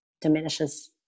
diminishes